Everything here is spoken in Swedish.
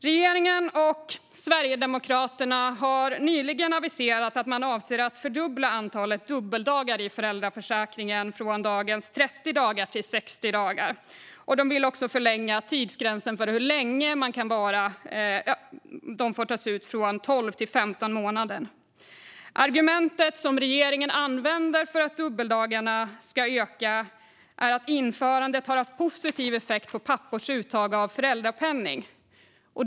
Regeringen och Sverigedemokraterna har nyligen aviserat att de avser att fördubbla antalet dubbeldagar i föräldraförsäkringen från dagens 30 dagar till 60 dagar. De vill också förlänga tidsgränsen för hur länge de får tas ut från 12 till 15 månader. Argumentet som regeringen använder för att dubbeldagarna ska öka är att införandet har haft positiv effekt på pappors uttag av föräldrapenning.